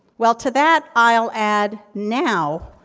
well to that, i'll add now,